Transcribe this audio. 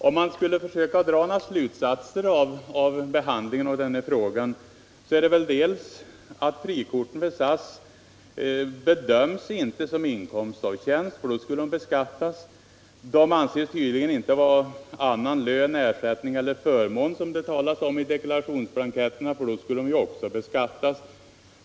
Om jag skulle försöka dra några slutsatser av behandlingen av den här frågan är det följande. Frikorten vid SAS betraktas inte som inkomst av tjänst, för då skulle de beskattas. De anses tydligen inte heller vara annan lön, ersättning eller förmån, som det talas om i deklarationsblanketterna — då 9 skulle de också beskattas.